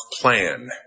plan